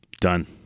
Done